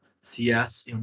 CS